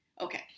Okay